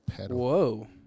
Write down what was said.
Whoa